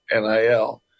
NIL